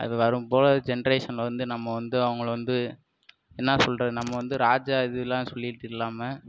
அது வரும் போல ஜென்ரேஷனில் வந்து நம்ம வந்து அவங்கள வந்து என்ன சொல்கிறது நம்ம வந்து ராஜா இதுலாம் சொல்லிகிட்டு இல்லாமல்